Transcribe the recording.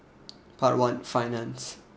part one finance